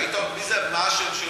מה השם שלו?